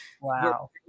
Wow